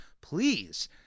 please